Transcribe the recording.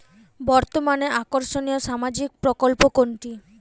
বর্তমানে আকর্ষনিয় সামাজিক প্রকল্প কোনটি?